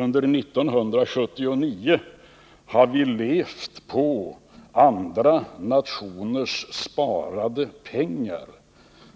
Under 1979 har vi levt på andra nationers sparade pengar.